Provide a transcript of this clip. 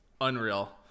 unreal